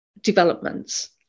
developments